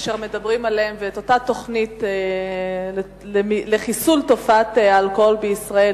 אשר מדברים עליהן ואת אותה תוכנית לחיסול תופעת האלכוהול בישראל